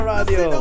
Radio